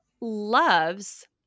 loves